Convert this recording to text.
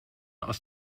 aus